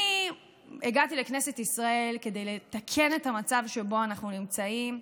אני הגעתי לכנסת ישראל כדי לתקן את המצב שבו אנחנו נמצאים,